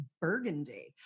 burgundy